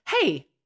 Hey